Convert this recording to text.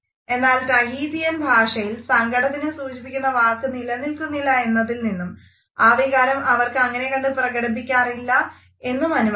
എന്നാൽ റ്റാഹീതീയൻ ഭാഷയിൽ സങ്കടത്തിനെ സൂചിപ്പിക്കുന്ന വാക്ക് നിലനിൽക്കുന്നില്ല എന്നതിൽനിന്നും ആ വികാരം അവർ അങ്ങനെ കണ്ടു പ്രകടിപ്പിക്കാറില്ല എന്ന് അനുമാനിക്കാം